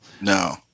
No